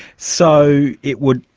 so it would,